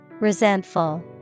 Resentful